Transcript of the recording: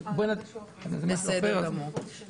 אצלנו עוברים הכשרות אחת לשנה.